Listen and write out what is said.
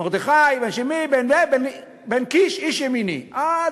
אני אתמול תקפתי אתכם, ואני אומר לכם עוד